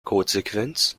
codesequenz